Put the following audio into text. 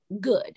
good